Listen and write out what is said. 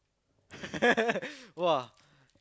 !wah!